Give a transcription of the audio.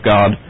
God